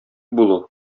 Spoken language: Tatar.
булу